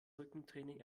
rückentraining